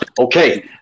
Okay